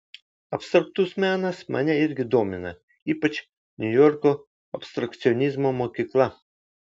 abstraktus menas mane irgi domina ypač niujorko abstrakcionizmo mokykla